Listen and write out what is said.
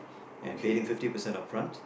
and paid him fifty percent up front